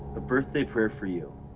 a birthday prayer for you.